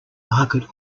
market